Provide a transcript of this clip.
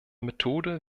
methode